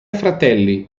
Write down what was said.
fratelli